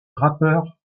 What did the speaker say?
rappeur